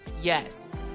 Yes